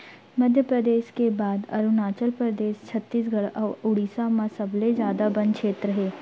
मध्यपरेदस के बाद अरूनाचल परदेस, छत्तीसगढ़ अउ उड़ीसा म सबले जादा बन छेत्र हे